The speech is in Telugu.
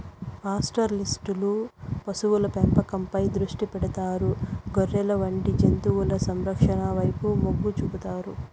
పాస్టోరలిస్టులు పశువుల పెంపకంపై దృష్టి పెడతారు, గొర్రెలు వంటి జంతువుల సంరక్షణ వైపు మొగ్గు చూపుతారు